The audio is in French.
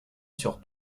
sur